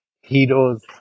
heroes